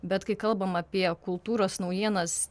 bet kai kalbam apie kultūros naujienas